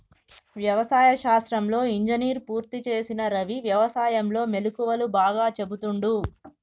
వ్యవసాయ శాస్త్రంలో ఇంజనీర్ పూర్తి చేసిన రవి వ్యసాయం లో మెళుకువలు బాగా చెపుతుండు